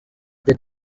did